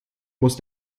muss